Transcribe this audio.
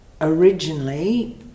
originally